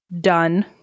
done